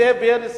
זאב בילסקי,